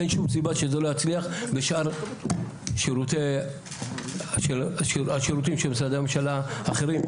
אין שום סיבה שזה לא יצליח בשאר השירותים של משרדי הממשלה האחרים,